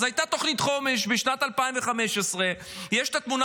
אז הייתה תוכנית חומש בשנת 2015. יש את התמונה